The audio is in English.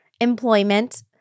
employment